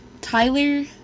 Tyler